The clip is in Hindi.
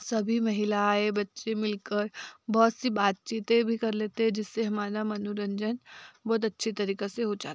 सभी महिलाएँ बच्चे मिल कर बहुत सी बातचीते भी कर लेते हैं जिससे हमारा मनोरंजन बहुत अच्छे तरीका से हो जाता है